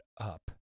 up